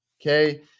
okay